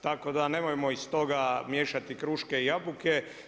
Tako da nemojmo iz toga miješati kruške i jabuke.